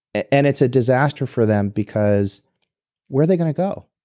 and it's a disaster for them because where are they going to go?